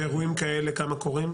ואירועים כאלה כמה קורים?